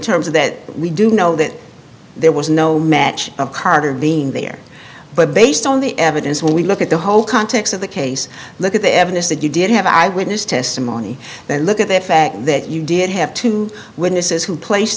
terms of that we do know that there was no match of carter being there but based on the evidence when we look at the whole context of the case look at the evidence that you did have eyewitness testimony then look at the fact that you did have two witnesses who placed